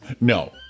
No